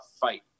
Fight